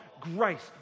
Grace